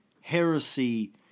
heresy